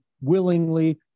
willingly